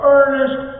earnest